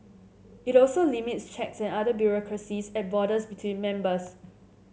it also limits checks and other bureaucracies at borders between members